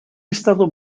estado